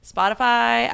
Spotify